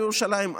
על ירושלים,